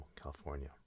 California